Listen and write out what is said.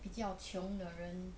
比较穷的人